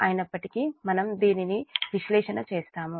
అయినప్పటికీ మనం దీన్ని విశ్లేషణ చేస్తాము